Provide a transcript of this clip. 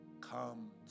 come